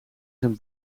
zijn